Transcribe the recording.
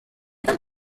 ήταν